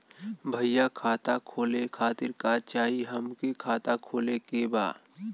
भईया खाता खोले खातिर का चाही हमके खाता खोले के बा?